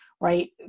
right